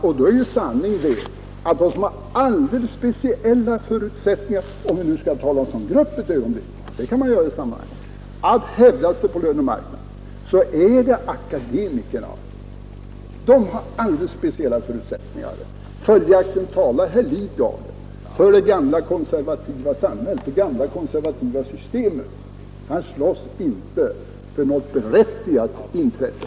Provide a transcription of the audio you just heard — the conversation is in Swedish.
Och då blir sanningen den, att de som har alldeles speciella förutsättningar att hävda sig på lönemarknaden — om jag nu ett ögonblick tar akademikerna som grupp, vilket man kan göra i detta sammanhang — är just akademikerna. De har alldeles speciella förutsättningar i det fallet. Och därför talar herr Lidgard här för det gamla konservativa systemet i vårt samhälle. Han slåss inte för något berättigat intresse.